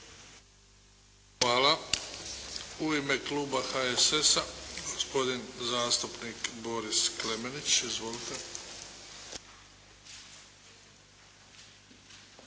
Hvala. U ime Kluba HDZ-a, gospodin zastupnik Nevio Šetić. Izvolite.